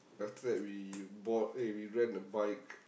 after that we bought eh we rent a bike